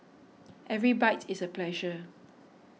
every bite is a pleasure